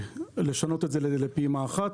לשנות את זה לפעימה אחת.